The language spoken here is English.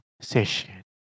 session